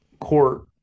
Court